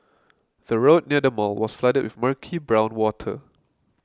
the road near the mall was flooded with murky brown water